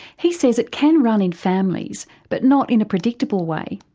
he says it can run in families but not in a predictable way.